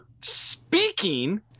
speaking